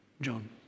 John